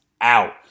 out